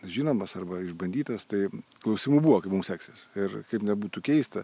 žinomas arba išbandytas tai klausimų buvo kaip mum seksis ir kaip nebūtų keista